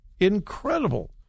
incredible